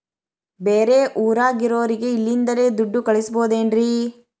ಬೇರೆ ಊರಾಗಿರೋರಿಗೆ ಇಲ್ಲಿಂದಲೇ ದುಡ್ಡು ಕಳಿಸ್ಬೋದೇನ್ರಿ?